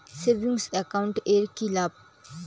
Savings account এর কি লাভ?